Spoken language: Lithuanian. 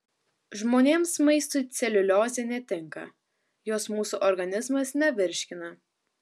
žmonėms maistui celiuliozė netinka jos mūsų organizmas nevirškina